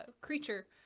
creature